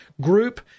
group